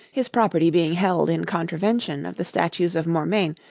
his property being held in contravention of the statutes of mortmain,